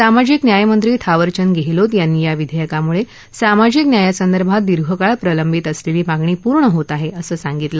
सामाजिक न्यायमंत्री थावरचंद गेहलोत यांनी या विधेयकामुळे सामाजिक न्यायासंदर्भात दीर्घकाळ प्रलंबित असलेली मागणी पूर्ण होत आहे असं सांगितलं